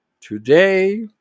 today